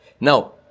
Now